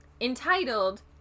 entitled